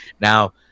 now